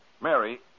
Mary